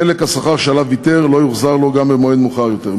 אך חלק השכר שעליו ויתר לא יוחזר לו גם במועד מאוחר יותר.